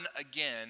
again